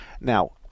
Now